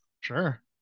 Sure